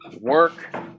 work